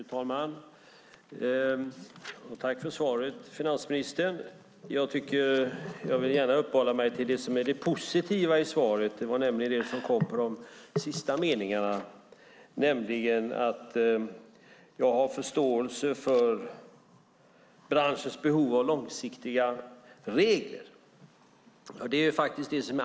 Fru talman! Tack för svaret, finansministern! Jag vill gärna uppehålla mig vid det som är det positiva i svaret, nämligen det som kom på slutet: Jag har förståelse för att branschen har behov av långsiktiga regler.